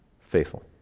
Faithful